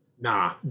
Nah